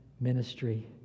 ministry